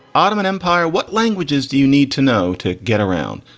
ottoman empire, what languages do you need to know to get around?